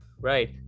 Right